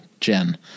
Jen